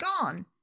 gone